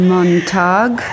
Montag